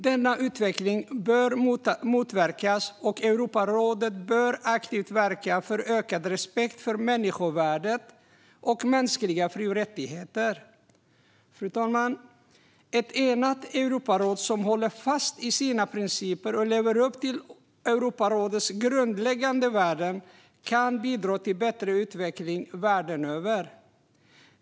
Denna utveckling bör motverkas, och Europarådet bör aktivt verka för ökad respekt för människovärdet och mänskliga fri och rättigheter. Fru talman! Ett enat europaråd som håller fast vid sina principer och lever upp till sina grundläggande värden kan bidra till en bättre utveckling världen över.